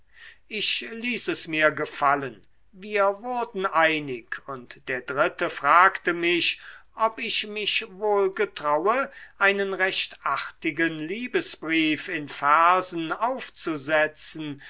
ich ließ es mir gefallen wir wurden einig und der dritte fragte mich ob ich mich wohl getraue einen recht artigen liebesbrief in versen aufzusetzen